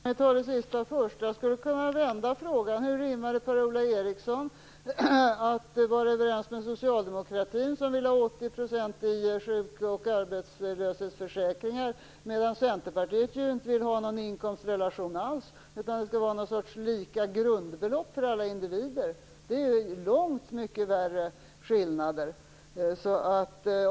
Herr talman! Jag tar det sista först. Jag skulle kunna vända på frågan: Hur rimmar det att vara överens med Socialdemokraterna som vill ha 80 % i sjuk och arbetslöshetsförsäkringar medan Centerpartiet inte vill ha någon inkomstrelation alls, utan någon sorts lika grundbelopp för alla individer? Det innebär långt mycket större skillnader, Per-Ola Eriksson.